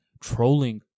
trolling